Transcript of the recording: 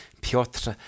Piotr